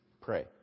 pray